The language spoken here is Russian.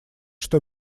что